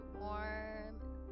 warm